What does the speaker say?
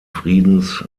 friedens